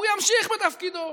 הוא ימשיך בתפקידו.